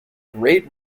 great